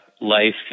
life